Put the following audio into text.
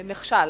נחשל.